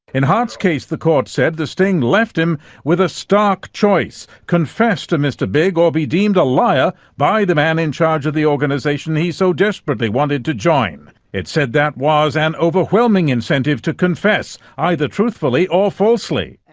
in hart's case the court said the sting left him with a stark choice confess to mr big or be deemed a liar by the man in charge of the organisation he so desperately wanted to join. it said that was an overwhelming incentive to confess, either truthfully or falsely.